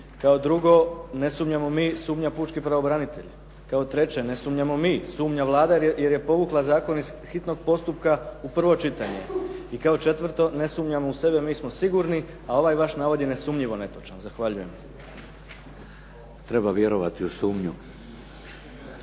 Kao drugo ne sumnjamo mi, sumnja pučki pravobranitelj. Kao treće ne sumnjamo mi, sumnja Vlada jer je povukla zakon iz hitnog postupka u prvo čitanje. I kao četvrto, ne sumnjamo u sebe, mi smo sigurni, a ovaj vaš navod je nesumnjivo netočan. Zahvaljujem. **Šeks, Vladimir